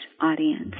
audience